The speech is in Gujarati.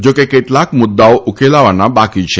જો કે કેટલાક મુદ્દાઓ ઉકેલવાના બાકી છે